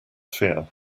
fear